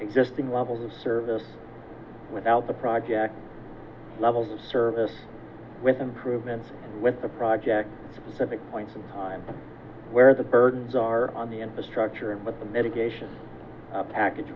existing levels of service without the project levels of service with improvements with the project specific points in time where the burdens are on the infrastructure and what the mitigation package